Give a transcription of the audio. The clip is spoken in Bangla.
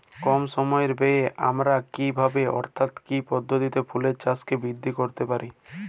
কম সময় ব্যায়ে আমরা কি ভাবে অর্থাৎ কোন পদ্ধতিতে ফুলের চাষকে বৃদ্ধি করতে পারি?